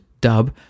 dub